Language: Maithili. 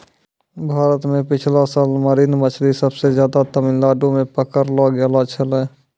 भारत मॅ पिछला साल मरीन मछली सबसे ज्यादे तमिलनाडू मॅ पकड़लो गेलो छेलै